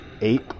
Eight